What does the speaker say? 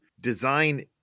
design